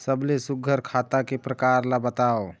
सबले सुघ्घर खाता के प्रकार ला बताव?